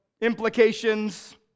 implications